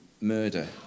murder